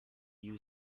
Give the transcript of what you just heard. you